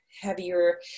heavier